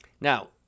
Now